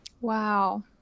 Wow